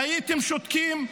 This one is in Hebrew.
הייתם שותקים?